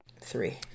Three